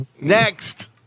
Next